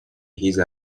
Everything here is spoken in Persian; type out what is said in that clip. هیز